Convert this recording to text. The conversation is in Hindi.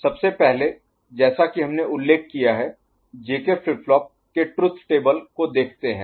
सबसे पहले जैसा कि हमने उल्लेख किया है जेके फ्लिप फ्लॉप के ट्रुथ टेबल को देखते हैं